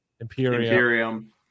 Imperium